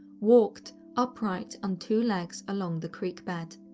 walked upright on two legs along the creek bed.